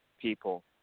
people